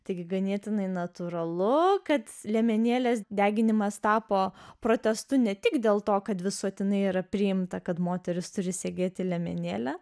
taigi ganėtinai natūralu kad liemenėlės deginimas tapo protestu ne tik dėl to kad visuotinai yra priimta kad moterys turi segėti liemenėlę